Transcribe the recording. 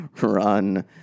run